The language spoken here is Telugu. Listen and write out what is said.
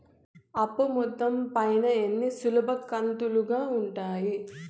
అప్పు మొత్తం పైన ఎన్ని సులభ కంతులుగా ఉంటాయి?